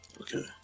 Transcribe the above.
Okay